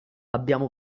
abbiamo